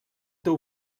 teu